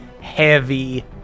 heavy